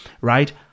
right